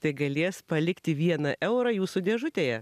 tai galės palikti vieną eurą jūsų dėžutėje